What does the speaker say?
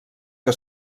que